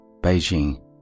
Beijing